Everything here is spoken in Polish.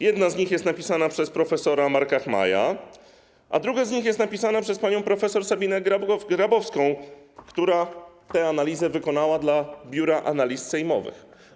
Jedna z nich jest napisana przez prof. Marka Chmaja, a druga z nich jest napisana przez panią prof. Sabinę Grabowską, która tę analizę wykonała dla Biura Analiz Sejmowych.